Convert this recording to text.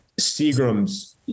Seagrams